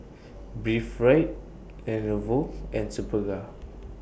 Breathe Right Lenovo and Superga